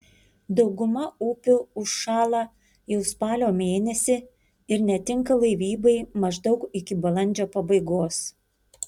dauguma upių užšąla jau spalio mėnesį ir netinka laivybai maždaug iki balandžio pabaigos